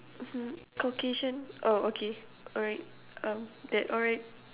hmm Caucasian oh okay alright um that alright